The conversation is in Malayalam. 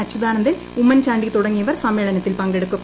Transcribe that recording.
അച്യുതാനന്ദൻ ഉമ്മൻചാണ്ടി തുടങ്ങിയവർ സമ്മേളനത്തിൽ പങ്കെടുത്തു